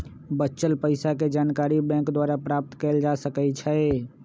बच्चल पइसाके जानकारी बैंक द्वारा प्राप्त कएल जा सकइ छै